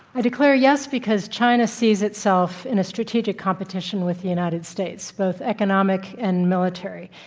i declare yes because china sees itself in a strategic competition with the united states, both economic and military,